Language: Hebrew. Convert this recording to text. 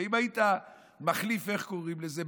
ואם היית מחליף, איך קוראים לזה?